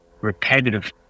repetitive